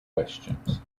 questions